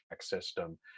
system